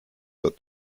wird